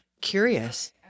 curious